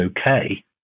okay